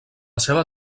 seva